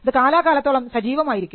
അത് കാലാ കാലത്തോളം സജീവമായിരിക്കും